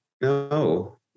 No